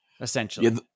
essentially